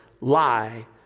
lie